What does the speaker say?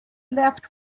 left